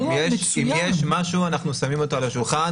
אם יש משהו אנחנו שמים על השולחן,